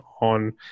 on